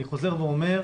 אני חוזר ואומר,